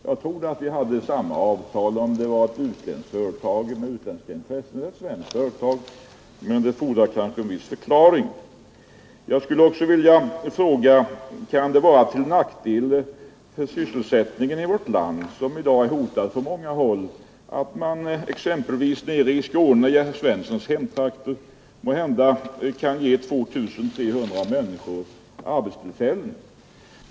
Jag trodde att vi hade samma avtal, oavsett om det är ett företag som bygger på utländska intressen eller om det är ett svenskt företag. Det fordrar kanske en viss förklaring. Jag skulle också vilja fråga: Kan det vara till nackdel för sysselsättningen i vårt land, som i dag är hotad på många håll, att man exempelvis i herr Svenssons hemtrakter nere i Skåne måhända kan ge 2 000 å 3 000 människor arbetstillfällen?